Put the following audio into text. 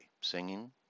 Singing